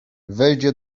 wejdzie